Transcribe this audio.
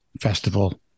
Festival